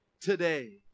Today